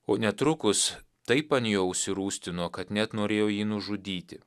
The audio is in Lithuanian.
o netrukus taip ant jo užsirūstino kad net norėjo jį nužudyti